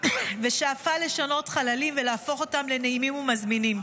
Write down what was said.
ושאפה לשנות חללים ולהפוך אותם לנעימים ומזמינים.